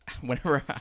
whenever